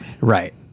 Right